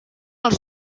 els